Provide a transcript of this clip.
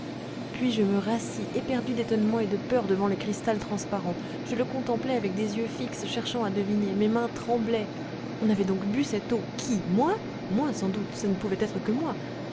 puis je me rassis éperdu d'étonnement et de peur devant le cristal transparent je le contemplais avec des yeux fixes cherchant à deviner mes mains tremblaient on avait donc bu cette eau qui moi moi sans doute ce ne pouvait être que moi